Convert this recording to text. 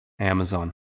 Amazon